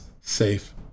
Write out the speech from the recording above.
safe